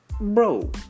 Bro